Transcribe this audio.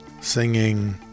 singing